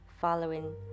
following